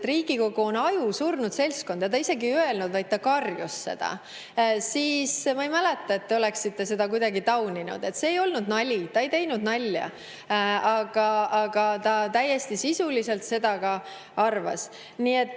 et Riigikogu on ajusurnud seltskond. Ta isegi ei öelnud, vaid ta karjus seda. Ma ei mäleta, et te oleksite seda kuidagi tauninud. See ei olnud nali, ta ei teinud nalja, ta täiesti sisuliselt seda ka arvas. Ei,